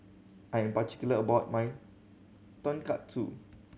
I am particular about my Tonkatsu